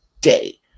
day